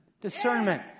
Discernment